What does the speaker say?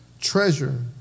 treasure